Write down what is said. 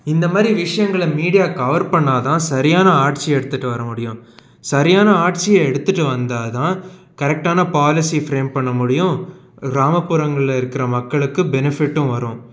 இந்த மாதிரி விஷயங்கள மீடியா கவர் பண்ணா தான் சரியான ஆட்சி எடுத்துகிட்டு வர முடியும் சரியான ஆட்சியை எடுத்துகிட்டு வந்தா தான் கரெக்டான பாலிசி ஃப்ரேம் பண்ண முடியும் கிராமப்புறங்களில் இருக்கிற மக்களுக்கு பெனிஃபிட்டும் வரும்